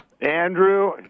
Andrew